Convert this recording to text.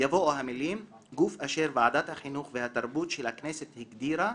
יבואו המילים "גוף אשר ועדת החינוך והתרבות של הכנסת הגדירה,